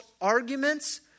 arguments